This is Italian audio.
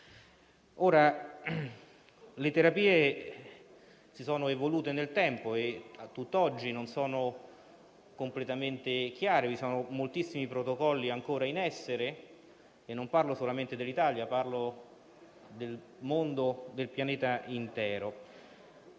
Le terapie si sono evolute nel tempo e a tutt'oggi non sono completamente chiare. Vi sono moltissimi protocolli ancora in essere; non parlo solamente dell'Italia, ma del pianeta intero.